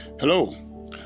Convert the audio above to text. Hello